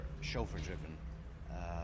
chauffeur-driven